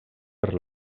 per